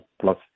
plus